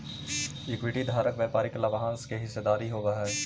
equity धारक व्यापारिक लाभांश के हिस्सेदार होवऽ हइ